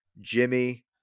Jimmy